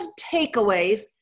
takeaways